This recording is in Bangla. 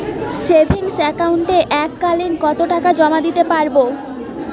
সেভিংস একাউন্টে এক কালিন কতটাকা জমা দিতে পারব?